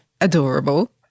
adorable